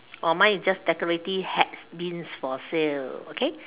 oh mine is just decorative hats bins for sale okay